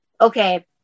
okay